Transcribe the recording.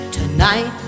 tonight